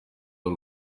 w’u